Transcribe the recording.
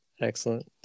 Excellent